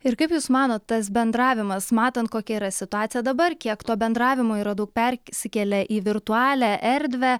ir kaip jūs manot tas bendravimas matant kokia yra situacija dabar kiek to bendravimo yra daug persikėlę į virtualią erdvę